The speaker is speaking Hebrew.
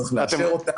צריך לאשר אותה.